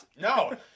no